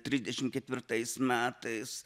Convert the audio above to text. trisdešimt ketvirtais metais